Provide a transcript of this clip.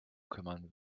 kümmern